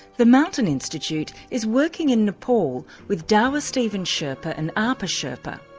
the mountain institute is working in nepal with dawa steven sherpa and apa sherpa,